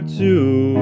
two